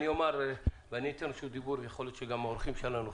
לצערי הרב,